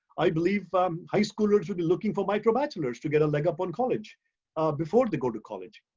i believe, um high schoolers should be looking for microbachelors to get a leg up on college before they go to college.